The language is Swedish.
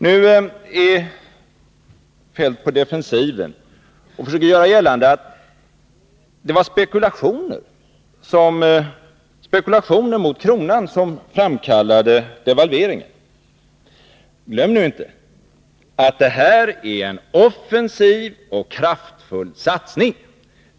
Nu är Kjell-Olof Feldt på defensiven och försöker göra gällande att det var spekulationer mot kronan som framkallade devalveringen. Glöm då inte att det här skall vara en ”offensiv” och ”kraftfull” satsning.